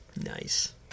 Nice